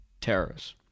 terrorists